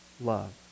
love